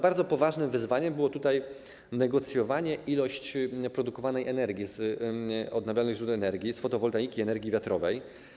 Bardzo poważnym wyzwaniem było negocjowanie ilości produkowanej energii z odnawialnych źródeł energii z fotowoltaiki, energii wiatrowej.